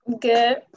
good